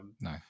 no